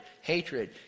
hatred